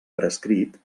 prescrit